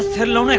hello. like